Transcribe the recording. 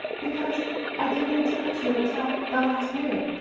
because i didn't intend to until the last minute.